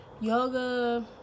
yoga